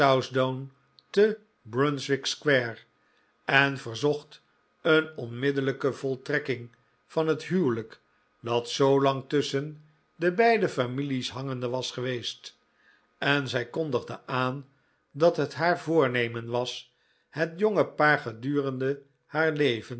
southdown te brunswick square en verzocht een onmiddellijke voltrekking van het huwelijk dat zoo lang tusschen de beide families hangende was geweest en zij kondigde aan dat het haar voornemen was het jonge paar gedurende haar leven